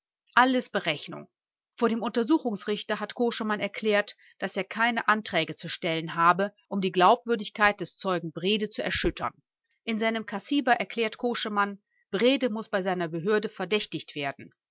alles berechnung vor dem untersuchungsrichter hat koschemann erklärt daß er keine anträge zu stellen habe um die glaubwürdigkeit des zeugen brede zu erschüttern in seinem kassiber erklärt koschemann brede muß bei seiner behörde verdächtigt werden